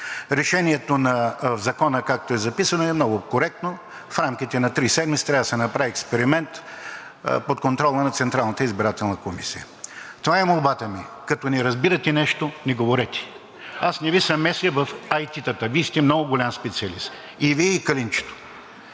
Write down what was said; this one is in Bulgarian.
Решението в Закона, както е записано, е много коректно: в рамките на три седмици трябва да се направи експеримент под контрола на Централната избирателна комисия. Това е молбата ми, като не разбирате нещо, не говорете! Аз не Ви се меся в IT-тата, Вие сте много голям специалист, и Вие, и Калинчето.